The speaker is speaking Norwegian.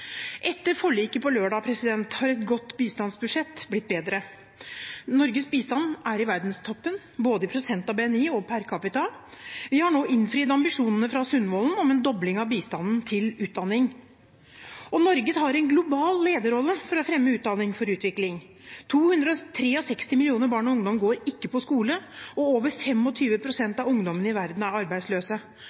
Etter forliket på lørdag har et godt bistandsbudsjett blitt bedre. Norges bistand er i verdenstoppen, både i prosentandel av BNI og per capita. Vi har nå innfridd ambisjonene fra Sundvolden om en dobling av bistanden til utdanning. Norge tar en global lederrolle for å fremme utdanning for utvikling. 263 millioner barn og ungdom går ikke på skole, og over 25 pst. av ungdommene i verden er arbeidsløse.